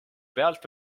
pealt